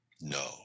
No